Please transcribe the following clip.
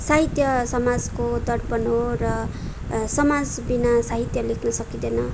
साहित्य समाजको दर्पण हो र समाजबिना साहित्य लेख्न सकिँदैन